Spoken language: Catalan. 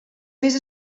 més